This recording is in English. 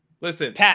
listen